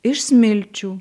iš smilčių